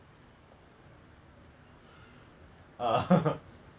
oh eh just now we talk about music man right now let's talk about superhero